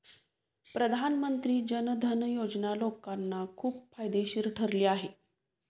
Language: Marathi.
प्रधानमंत्री जन धन योजना लोकांना खूप फायदेशीर ठरली आहे